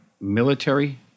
military